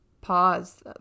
pause